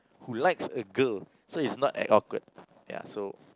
who likes a girl so it's not that awkward ya so